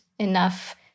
enough